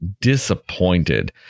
disappointed